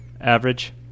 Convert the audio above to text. average